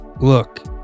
Look